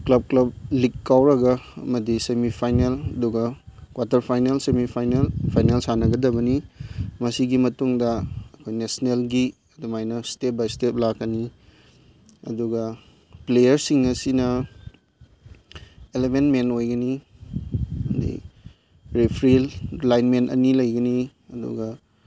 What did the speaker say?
club club league ꯀꯧꯔꯒ ꯑꯃꯗꯤ semi final ꯑꯗꯨꯒ quarter final semi final final ꯁꯥꯟꯅꯒꯗꯕꯅꯤ ꯃꯁꯤꯒꯤ ꯃꯇꯨꯡꯗ ꯑꯩꯈꯣꯏ ꯅꯦꯁꯅꯦꯜꯒꯤ ꯑꯗꯨꯃꯥꯏꯅ ꯏꯁꯇꯦꯞ ꯕꯥꯏ ꯏꯁꯇꯦꯞ ꯂꯥꯛꯀꯅꯤ ꯑꯗꯨꯒ ꯄ꯭ꯂꯦꯌꯥꯔꯁꯤꯡ ꯑꯁꯤꯅ ꯑꯦꯂꯕꯦꯟ ꯃꯦꯟ ꯑꯣꯏꯒꯅꯤ ꯍꯥꯏꯗꯤ ꯔꯤꯐ꯭ꯔꯤꯜ ꯂꯥꯏꯟ ꯃꯦꯟ ꯑꯅꯤ ꯂꯩꯒꯅꯤ ꯑꯗꯨꯒ